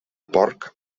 porc